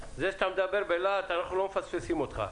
זה שאתה מדבר בלהט אנחנו לא מפספסים אותך.